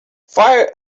fire